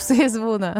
su jais būna